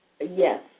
Yes